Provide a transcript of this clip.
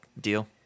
deal